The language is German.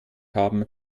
haben